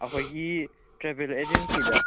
ꯑꯩꯈꯣꯏꯒꯤ ꯇ꯭ꯔꯦꯕꯦꯜ ꯑꯦꯖꯦꯟꯁꯤꯗ